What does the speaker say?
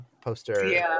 poster